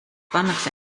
pannakse